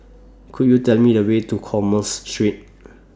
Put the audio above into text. Could YOU Tell Me The Way to Commerce Street